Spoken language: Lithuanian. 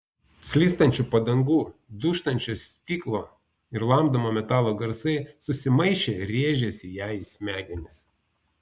slystančių padangų dūžtančio stiklo ir lamdomo metalo garsai susimaišę rėžėsi jai į smegenis